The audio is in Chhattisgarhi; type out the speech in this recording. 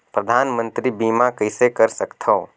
परधानमंतरी बीमा कइसे कर सकथव?